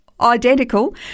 Identical